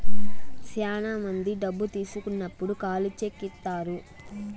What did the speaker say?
శ్యానా మంది డబ్బు తీసుకున్నప్పుడు ఖాళీ చెక్ ఇత్తారు